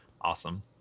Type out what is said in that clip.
awesome